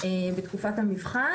בתקופת המבחן.